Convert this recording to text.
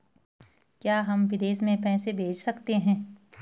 क्या हम विदेश में पैसे भेज सकते हैं?